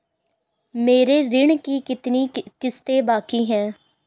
मेरे ऋण की कितनी किश्तें बाकी हैं?